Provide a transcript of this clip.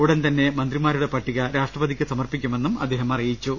ഉടൻ തന്നെ മന്ത്രി മാരുടെ പട്ടിക രാഷ്ട്രപതിക്ക് സമർപ്പിക്കുമെന്നും അദ്ദേഹം അറി യിച്ചു